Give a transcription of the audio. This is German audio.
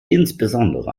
insbesondere